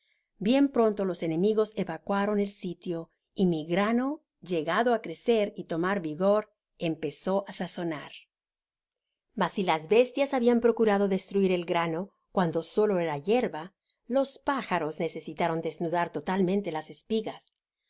bien pronto los enemigos evacuaron el sitio y mi grano llegando á crecer y tomar vigor empezó á sazonar mas si las bestias habian procurado destruir el grano cuando solo ehi yerba los pájaros necesitaron desnudar totalmente las espigas